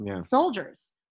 soldiers